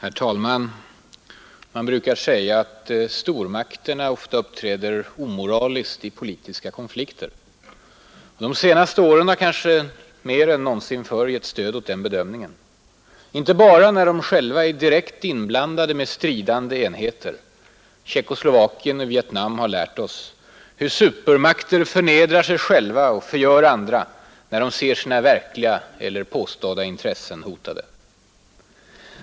Herr talman! Man brukar säga att stormakterna ofta uppträder omoraliskt i politiska konflikter. De senaste åren har kanske mer än någonsin förr gett stöd åt den bedömningen. Inte bara när de själva är direkt inblandade med stridande enheter. Tjeckoslovakien och Vietnam har lärt oss hur supermakter förnedrar sig själva och förgör andra när de ser sina verkliga eller påstådda intressen hotade.